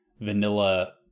vanilla